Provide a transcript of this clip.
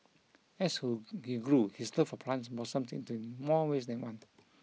as grew his love for plants blossomed to more ways than one